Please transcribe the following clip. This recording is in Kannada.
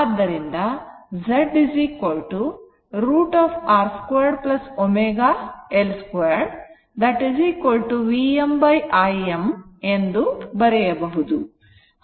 ಆದ್ದರಿಂದ Z √ R 2 ω L 2 Vm Im ಎಂದು ಬರೆಯಬಹುದು